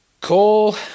call